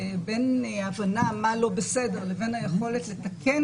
בין הבנה מה לא בסדר לבין היכולת לתקן